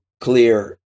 clear